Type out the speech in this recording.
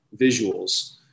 visuals